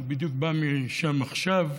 אני בדיוק בא משם עכשיו.